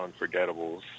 Unforgettables